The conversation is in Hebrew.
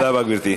תודה רבה, גברתי.